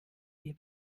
wir